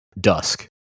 dusk